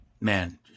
man